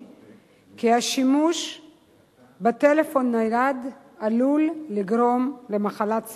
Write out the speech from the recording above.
שהשימוש בטלפון נייד עלול לגרום למחלת הסרטן.